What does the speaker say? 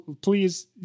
please